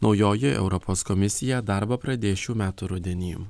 naujoji europos komisija darbą pradės šių metų rudenį